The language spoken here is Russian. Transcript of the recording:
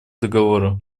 договора